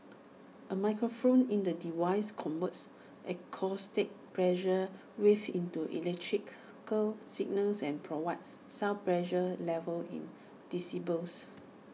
A microphone in the device converts acoustic pressure waves into electrical signals and provides sound pressure levels in decibels